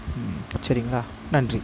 சரிங்களா நன்றி